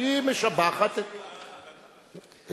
היא משבחת את,